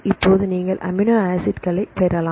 இப்போது நீங்கள் அமினோ ஆசிட்ங்களைப் பெறலாம்